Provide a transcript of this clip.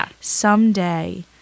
someday